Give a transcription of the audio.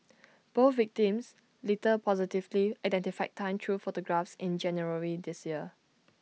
both victims later positively identified Tan through photographs in January this year